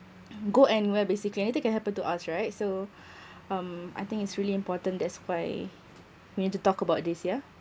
go and where basically anything can happen to us right so um I think it's really important that's why we need to talk about this yeah